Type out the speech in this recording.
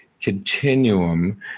continuum